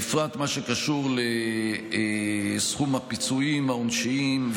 בפרט מה שקשור לסכום הפיצויים העונשיים,